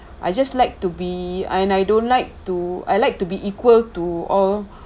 I just like to be and I don't like to I like to be equal to all